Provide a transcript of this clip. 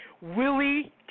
Willie